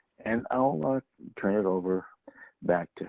and i'll ah turn it over back to,